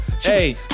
Hey